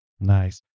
Nice